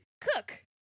Cook